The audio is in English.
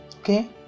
okay